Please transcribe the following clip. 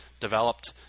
developed